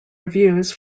reviews